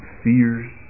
fears